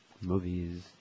Movies